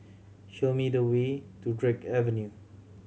show me the way to Drake Avenue